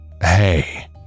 Hey